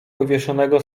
powieszonego